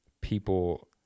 people